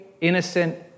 innocent